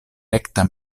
rekta